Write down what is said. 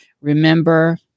Remember